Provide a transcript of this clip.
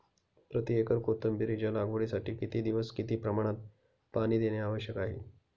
प्रति एकर कोथिंबिरीच्या लागवडीसाठी किती दिवस किती प्रमाणात पाणी देणे आवश्यक आहे?